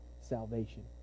salvation